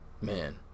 Man